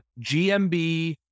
GMB